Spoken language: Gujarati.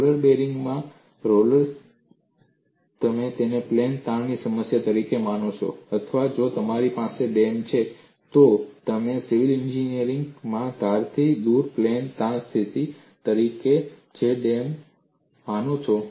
રોલર બેરિંગમાં રોલર્સ તમે તેને પ્લેન તાણની સમસ્યા તરીકે માનો છો અથવા જો તમારી પાસે ડેમ છે તો તમે સિવિલ એન્જિનિયરિંગમાં ધારથી દૂર પ્લેન તાણ પરિસ્થિતિ તરીકે જે ડેમ માનો છો